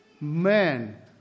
man